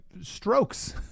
strokes